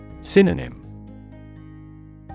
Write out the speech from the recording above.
Synonym